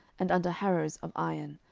and under harrows of iron,